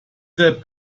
depp